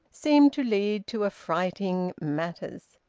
seemed to lead to affrighting matters.